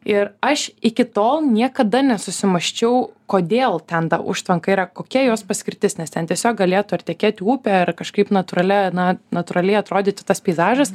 ir aš iki tol niekada nesusimąsčiau kodėl ten ta užtvanka yra kokia jos paskirtis nes ten tiesiog galėtų ar tekėti upė ar kažkaip natūralia na natūraliai atrodyti tas peizažas